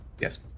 yes